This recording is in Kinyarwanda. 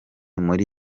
muri